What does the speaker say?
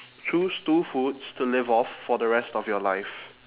choose two foods to live off for the rest of your life